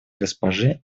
госпожи